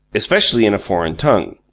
especially in a foreign tongue.